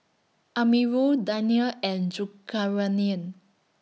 Amirul Daniel and Zulkarnain